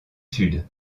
sud